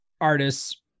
artists